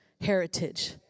heritage